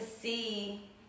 see